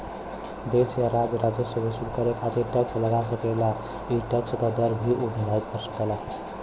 देश या राज्य राजस्व वसूल करे खातिर टैक्स लगा सकेला ई टैक्स क दर भी उ निर्धारित कर सकेला